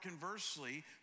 conversely